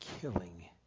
killing